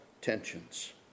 tensions